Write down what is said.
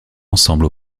ensemble